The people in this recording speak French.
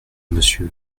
monsieur